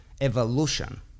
evolution